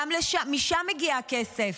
גם משם מגיע הכסף.